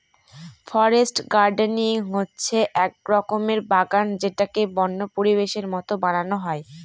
forest gardening হচ্ছে এক রকমের বাগান যেটাকে বন্য পরিবেশের মতো বানানো হয়